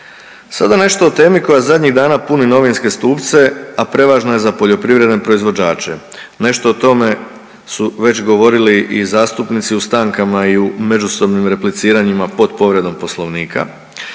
Sada nešto o temi koja zadnjih dana puni novinske stupce, a prevažna je za poljoprivredne proizvođače nešto o tome su već govorili i zastupnici u stankama i u međusobnim repliciranjima pod povredom poslovnika.